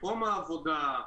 מקום העבודה,